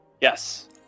yes